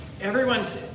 everyone's